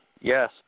Yes